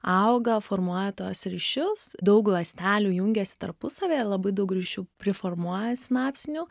auga formuoja tuos ryšius daug ląstelių jungiasi tarpusavyje labai daug ryšių priformuoja sinapsinių